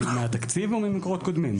האם מהתקציב או ממקורות קודמים?